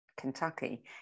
Kentucky